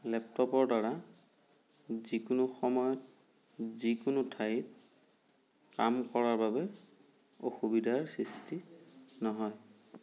লেপটপৰ দ্বাৰা যিকোনো সময়ত যিকোনো ঠাইত কাম কৰাৰ বাবে অসুবিধাৰ সৃষ্টি নহয়